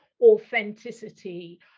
authenticity